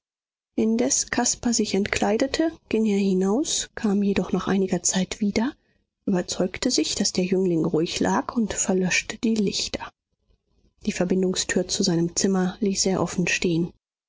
indes caspar sich entkleidete ging er hinaus kam jedoch nach einiger zeit wieder überzeugte sich daß der jüngling ruhig lag und verlöschte die lichter die verbindungstür zu seinem zimmer ließ er offen stehen